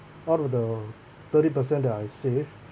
out of the thirty percent that I saved